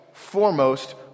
Foremost